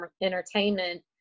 entertainment